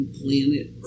planet